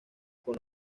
con